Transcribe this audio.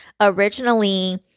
originally